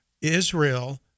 Israel